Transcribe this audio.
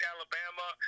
Alabama